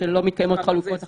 שלא מתקיימות חלופות אחרות.